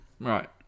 Right